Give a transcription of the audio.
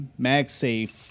MagSafe